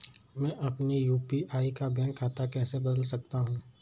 मैं अपने यू.पी.आई का बैंक खाता कैसे बदल सकता हूँ?